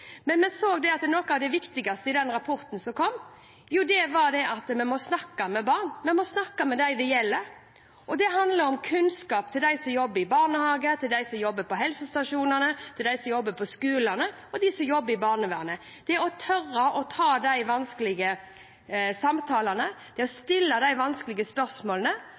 Vi så at noe av det viktigste i den rapporten som kom, var at vi må snakke med barn, vi må snakke med dem det gjelder. Det handler om kunnskapen til dem som jobber i barnehagene, til dem som jobber på helsestasjonene, til dem som jobber på skolene, og til dem som jobber i barnevernet. Det er å tørre å ta de vanskelige samtalene, det er å stille de vanskelige spørsmålene.